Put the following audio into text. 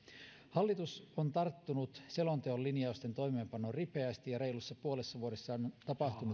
hallitus on tarttunut selonteon linjausten toimeenpanoon ripeästi ja reilussa puolessa vuodessa on tapahtunut jo